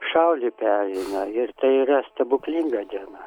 šaulį pereina ir tai yra stebuklinga diena